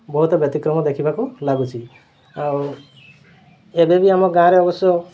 ବହୁତ ବ୍ୟତିକ୍ରମ ଦେଖିବାକୁ ଲାଗୁଛି ଆଉ ଏବେବି ଆମ ଗାଁରେ ଅବଶ୍ୟ